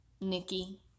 Nikki